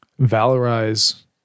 valorize